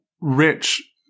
rich